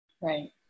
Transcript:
right